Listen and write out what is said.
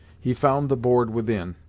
he found the board within.